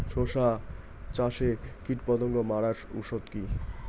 শসা চাষে কীটপতঙ্গ মারার ওষুধ কি?